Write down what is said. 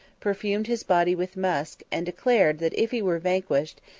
perfumed his body with musk, and declared that if he were vanquished,